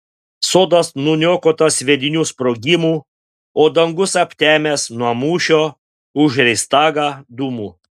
sodas nuniokotas sviedinių sprogimų o dangus aptemęs nuo mūšio už reichstagą dūmų